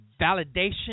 validation